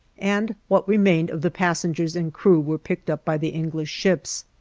and what remained of the passengers and crew were picked up by the english ships.